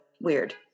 weird